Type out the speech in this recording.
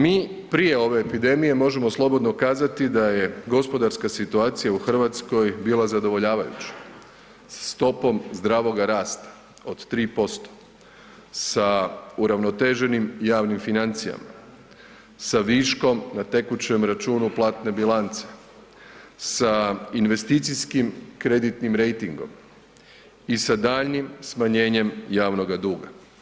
Mi prije ove epidemije možemo slobodno kazati da je gospodarska situacija u Hrvatskoj bila zadovoljavajuća sa stopom zdravoga rasta od 3%, sa uravnoteženim javnim financijama, sa viškom na tekućem računu platne bilance, sa investicijskim kreditnim rejtingom i sa daljnjim smanjenjem javnoga duga.